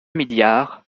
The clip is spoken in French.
milliard